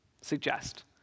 suggest